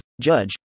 Judge